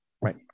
right